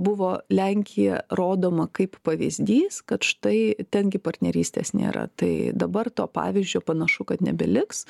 buvo lenkija rodoma kaip pavyzdys kad štai ten gi partnerystės nėra tai dabar to pavyzdžio panašu kad nebeliks